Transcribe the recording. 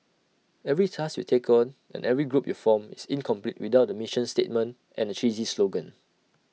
every task you take on and every group you form is incomplete without A mission statement and A cheesy slogan